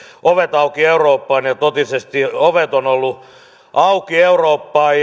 ovet auki eurooppaan totisesti ovet ovat olleet auki eurooppaan